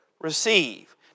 receive